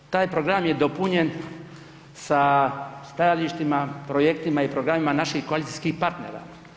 Taj program je dopunjen sa stajalištima, projektima i programima naših koalicijskih partnera.